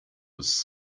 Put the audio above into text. was